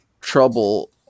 trouble